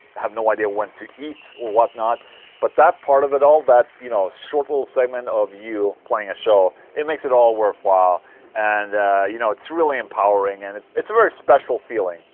have no idea when to eat or whatnot but that part of it all, that, you know, short little segment of you playing a show. it makes it all worthwhile and and you know, it's really empowering and it's a very special feeling,